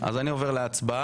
אז אני עובר להצבעה.